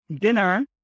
dinner